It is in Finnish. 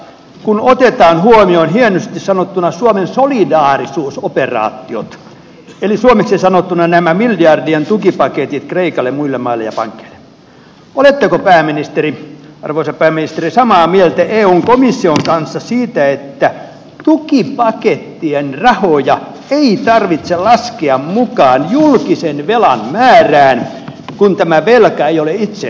kun otetaan huomioon hienosti sanottuna suomen solidaarisuusoperaatiot eli suomeksi sanottuna nämä miljardien tukipaketit kreikalle muille maille ja pankeille oletteko arvoisa pääministeri samaa mieltä eun komission kanssa siitä että tukipakettien rahoja ei tarvitse laskea mukaan julkisen velan määrään kun tämä velka ei ole itse aiheutettua